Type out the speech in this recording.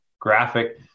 graphic